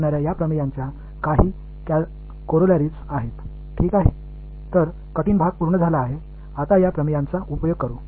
எனவே கடினமான பகுதி முடிந்தது இப்போது இந்த கோட்பாடுகளை பயன்படுத்துவோம்